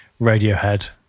Radiohead